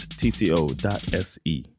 tco.se